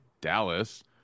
Dallas